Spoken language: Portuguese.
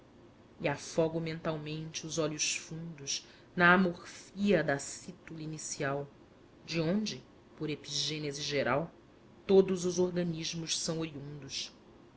do parto e afogo mentalmente os olhos fundos na amorfia da cítula inicial de onde por epigênese geral todos os organismos são oriundos